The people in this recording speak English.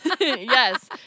Yes